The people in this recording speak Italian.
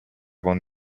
con